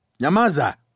Yamaza